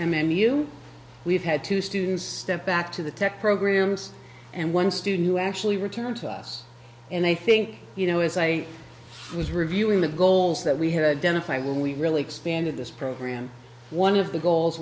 u we've had two students step back to the tech programs and one student who actually returned to us and i think you know as i was reviewing the goals that we had done if i would we really expanded this program one of the goals